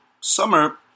Summer